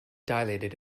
dilated